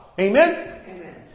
Amen